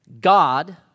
God